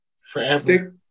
forever